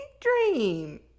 dream